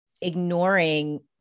ignoring